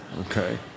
okay